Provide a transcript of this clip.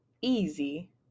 easy